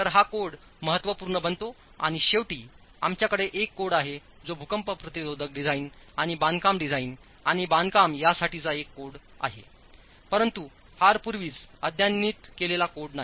तर हा कोड महत्त्वपूर्ण बनतो आणि शेवटी आमच्याकडे एक कोड आहे जो भूकंप प्रतिरोधक डिझाइन आणि बांधकाम डिझाइन आणि बांधकामयासाठीचा एक कोड कोड आहे परंतु फार पूर्वीच अद्यतनित केलेला कोड नाही